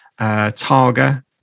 Targa